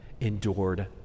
endured